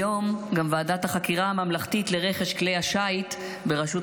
היום גם ועדת החקירה הממלכתית לרכש כלי השיט בראשות